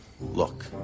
Look